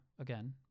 again